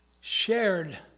shared